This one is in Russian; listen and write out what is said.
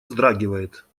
вздрагивает